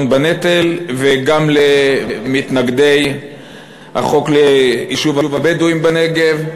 בנטל וגם באשר למתנגדי החוק ליישוב הבדואים בנגב.